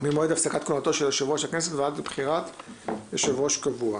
ממועד הפסקת כהונתו של יושב-ראש הכנסת ועד לבחירת יושב-ראש קבוע.